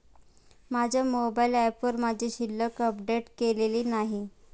माझ्या मोबाइल ऍपवर माझी शिल्लक अपडेट केलेली नाही